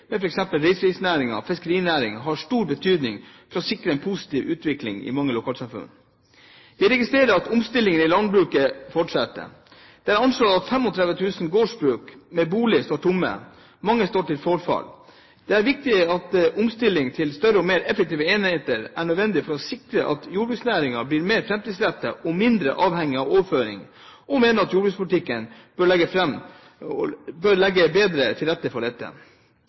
f.eks. reiselivsnæringen og fiskerinæringen, har stor betydning for å sikre en positiv utvikling i mange lokalsamfunn. Vi registrerer at omstillingen i landbruket fortsetter. Det er anslått at 35 000 gårdsbruk med bolig står tomme, mange står til forfalls. Omstilling til større og mer effektive enheter er nødvendig for å sikre at jordbruksnæringen blir mer framtidsrettet og mindre avhengig av overføringer. Vi mener at jordbrukspolitikken bør legge bedre til rette for dette.